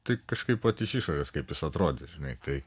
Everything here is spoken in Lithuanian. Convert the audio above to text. tai kažkaip vat iš išorės kaip jis atrodys žinai tai